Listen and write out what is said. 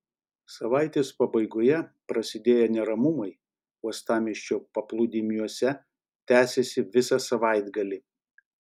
savaitės pabaigoje prasidėję neramumai uostamiesčio paplūdimiuose tęsėsi visą savaitgalį